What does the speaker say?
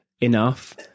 enough